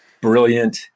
brilliant